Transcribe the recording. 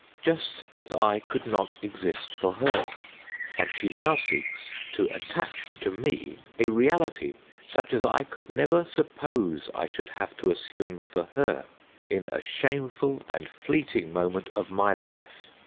just as i could not exist for her and she now seeks to attach to me a reality such as i could never suppose i should have to assume for her in a shameful and fleeting moment of my life.